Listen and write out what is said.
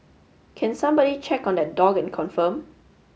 can somebody check on that dog and confirm